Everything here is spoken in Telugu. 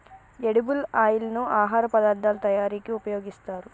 ఎడిబుల్ ఆయిల్ ను ఆహార పదార్ధాల తయారీకి ఉపయోగిస్తారు